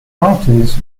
parties